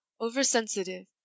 oversensitive